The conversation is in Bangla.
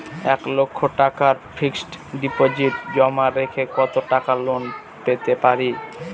এক লক্ষ টাকার ফিক্সড ডিপোজিট জমা রেখে কত টাকা লোন পেতে পারি?